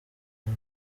ngo